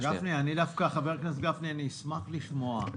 חבר הכנסת גפני, אני אשמח לשמוע.